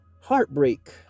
heartbreak